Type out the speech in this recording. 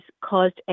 caused